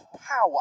power